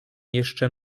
jeszcze